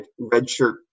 redshirt